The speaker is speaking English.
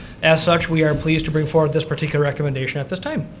as such, we are pleased to bring forward this particular recommendation at this time.